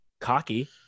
cocky